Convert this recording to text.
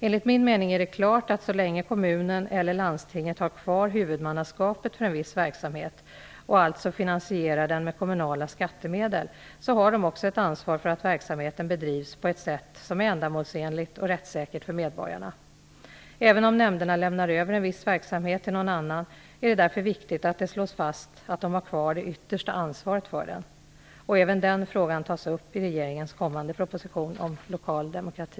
Enligt min mening är det klart att kommunen eller landstinget, så länge de har kvar huvudmannaskapet för en viss verksamhet och alltså finansierar den med kommunala skattemedel, också har ett ansvar för att verksamheten bedrivs på ett sätt som är ändamålsenligt och rättssäkert för medborgarna. Även om nämnderna lämnar över en viss verksamhet till någon annan är det därför viktigt att det slås fast att de har kvar det yttersta ansvaret för den. Även den frågan tas upp i regeringens kommande proposition om lokal demokrati.